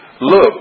look